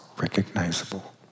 recognizable